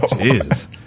Jesus